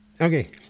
Okay